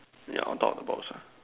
ya on top of the box ah